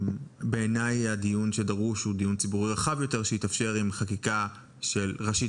בעיניי הדיון הדרוש הוא דיון ציבורי רחב יותר שיתאפשר עם חקיקה ראשית